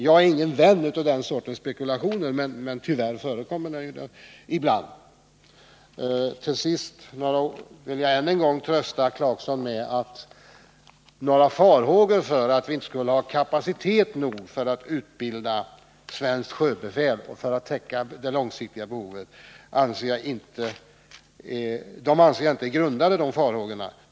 Jag är ingen vän av den sortens spekulationer, men tyvärr förekommer sådana ibland. Till sist vill jag än en gång trösta Rolf Clarkson med att farhågorna att vi inte skulle ha kapacitet nog för att utbilda svenskt sjöbefäl och för att täcka det långsiktiga behovet inte är grundade.